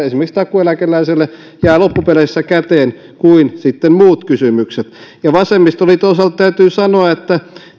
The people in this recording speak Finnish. esimerkiksi takuueläkeläiselle jää loppupeleissä käteen kuin sitten muut kysymykset ja vasemmistoliiton osalta täytyy sanoa että